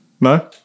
No